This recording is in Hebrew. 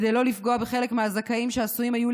כדי לא לפגוע בחלק מהזכאים שעשויים היו